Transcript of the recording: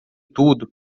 tudo